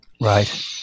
Right